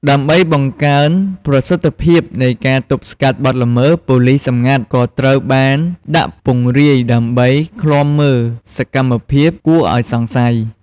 ដើម្បីបង្កើនប្រសិទ្ធភាពនៃការទប់ស្កាត់បទល្មើស ប៉ូលិសសម្ងាត់ ក៏ត្រូវបានដាក់ពង្រាយដើម្បី ឃ្លាំមើលសកម្មភាពគួរឱ្យសង្ស័យ។